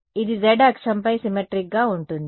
ఇది z అక్షం పై సిమ్మెట్రీక్ గా ఉంటుంది